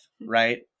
right